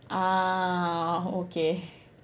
ah okay